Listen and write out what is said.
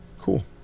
cool